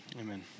Amen